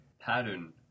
pattern